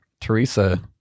Teresa